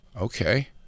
okay